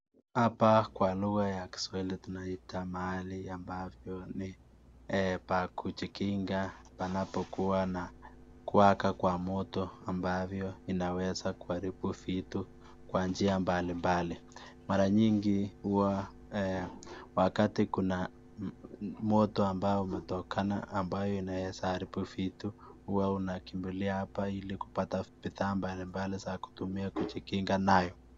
Hapa kwa lugha ya Kiswahili tunaita mahali ambavyo ni pa kujikinga panapokuwa na kuwaka kwa moto ambavyo inaweza kuharibu vitu kwa njia mbalimbali. Mara nyingi huwa, wakati kuna moto ambao umetokea, ambayo inaweza kuharibu vitu, huwa unakimbilia hapa ili kupata vifaa mbalimbali za kutumia kujikinga nayo.